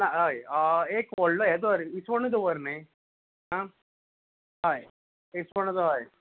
ना हय हय एक व्हडलो हें कर विसवणय दवर न्ही आ हय विसवण जाय